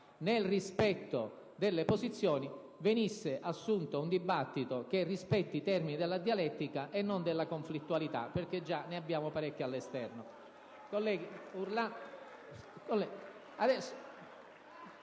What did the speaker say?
nel rispetto delle posizioni, venisse intrapreso un dibattito che rispetti i termini della dialettica e non della conflittualità, perché ne abbiamo già parecchia all'esterno.